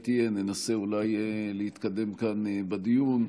תהיה ננסה אולי להתקדם כאן בדיון.